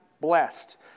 blessed